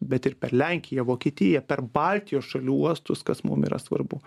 bet ir per lenkiją vokietiją per baltijos šalių uostus kas mum yra svarbu